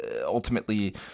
ultimately